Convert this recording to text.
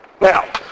Now